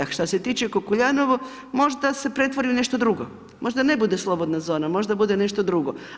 A što se tiče Kukuljanovo, možda se pretvori u nešto drugo, možda ne bude slobodna zona, možda bude nešto drugo.